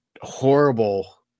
horrible